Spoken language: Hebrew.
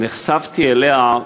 שהיום נחשפתי אליה,